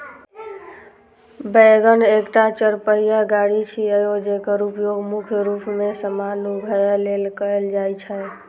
wagon एकटा चरपहिया गाड़ी छियै, जेकर उपयोग मुख्य रूप मे सामान उघै लेल कैल जाइ छै